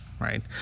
right